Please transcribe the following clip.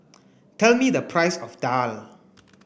tell me the price of Daal